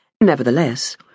Nevertheless